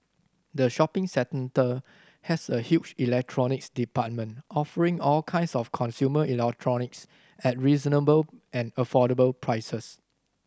the shopping centre has a huge electronics department offering all kinds of consumer electronics at reasonable and affordable prices